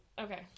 okay